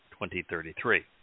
2033